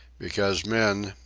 because men,